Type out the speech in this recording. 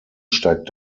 steigt